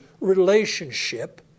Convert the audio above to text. relationship